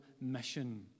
mission